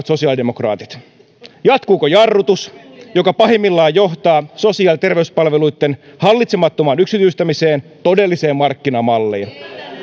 sosiaalidemokraatit jatkuuko jarrutus joka pahimmillaan johtaa sosiaali ja terveyspalveluitten hallitsemattomaan yksityistämiseen todelliseen markkinamalliin